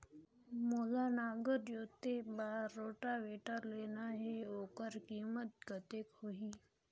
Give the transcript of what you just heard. मोला नागर जोते बार रोटावेटर लेना हे ओकर कीमत कतेक होही?